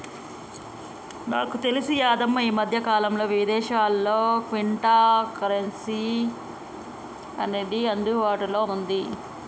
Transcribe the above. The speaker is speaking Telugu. నాకు తెలిసి యాదమ్మ ఈ మధ్యకాలంలో విదేశాల్లో క్విటో కరెన్సీ అనేది అందుబాటులో ఉంది